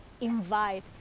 invite